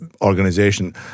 organization